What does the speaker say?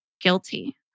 guilty